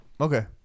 Okay